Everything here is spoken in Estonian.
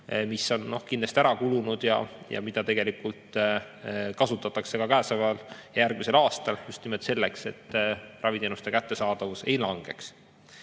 see on kindlasti ära kulunud ja tegelikult kasutatakse seda ka käesoleval ja järgmisel aastal, just nimelt selleks, et raviteenuste kättesaadavus ei langeks.